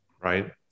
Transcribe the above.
Right